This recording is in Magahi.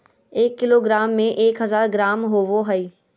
एक किलोग्राम में एक हजार ग्राम होबो हइ